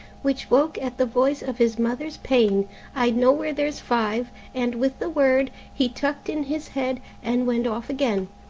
which woke at the voice of his mother's pain i know where there's five. and with the word he tucked in his head, and went off again.